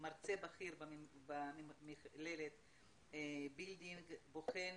מרצה בכיר במכללת בילדינג, בוחן,